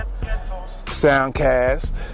soundcast